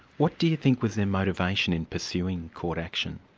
what do you think was their motivation in pursuing court action?